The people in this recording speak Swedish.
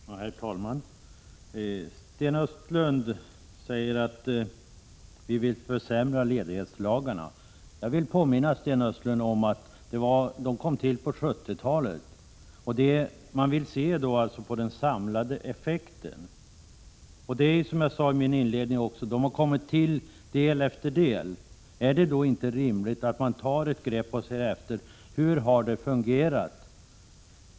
Herr talman! Sten Östlund sade att vi vill försämra ledighetslagarna. Jag vill påminna Sten Östlund om att dessa lagar kom till på 1970-talet. Vad vi vill är att man skall se på den samlade effekten. Lagarna har, som jag sade i mitt inledningsanförande, kommit till del efter del. Är det då inte rimligt att man ser efter hur det hela har fungerat?